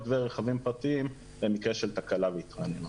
ורכבים פרטיים במקרה של תקלה והתרעננות.